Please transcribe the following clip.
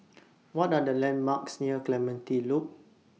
What Are The landmarks near Clementi Loop